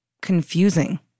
confusing